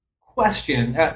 question